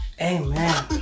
Amen